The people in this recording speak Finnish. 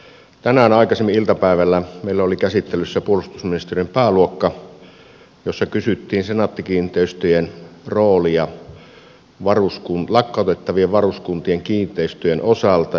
tänään aikaisemmin iltapäivällä meillä oli käsittelyssä puolustusministeriön pääluokka jossa kysyttiin senaatti kiinteistöjen roolista lakkautettavien varuskuntien kiinteistöjen osalta